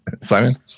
Simon